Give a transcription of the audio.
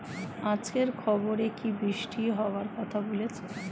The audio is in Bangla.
আজকের খবরে কি বৃষ্টি হওয়ায় কথা বলেছে?